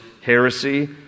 heresy